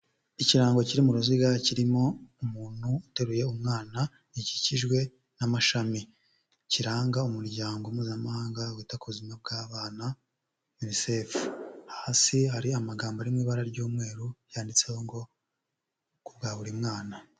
Ikirango kiri mu ruziga kirimo umuntu uteruye umwana, gikikijwe n'amashami. Kiranga umuryango mpuzamahanga wita ku buzima bw'abana Unicef. Hasi hari amagambo ari mu ibara ry'umweru, yanditseho ngo, kubwa buri mwana.